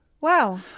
Wow